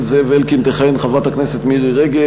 זאב אלקין תכהן חברת הכנסת מירי רגב,